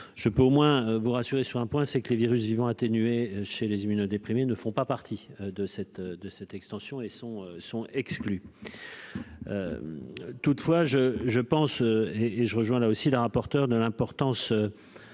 je peux au moins vous rassurer sur un point, c'est que les virus vivant atténué chez les immunodéprimés ne font pas partie de cette, de cette extension et son sont exclus toutefois je je pense et et je rejoins là aussi d'rapporteur de l'importance